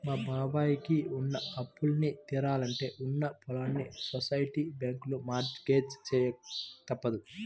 మా బాబాయ్ కి ఉన్న అప్పులన్నీ తీరాలంటే ఉన్న పొలాల్ని సొసైటీ బ్యాంకులో మార్ట్ గేజ్ చెయ్యక తప్పదు